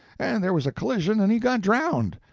and there was a collision and he got drowned.